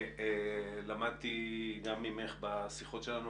למדתי גם ממך, בשיחות שלנו.